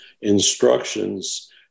instructions